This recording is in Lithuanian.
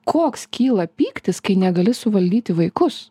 koks kyla pyktis kai negali suvaldyti vaikus